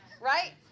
Right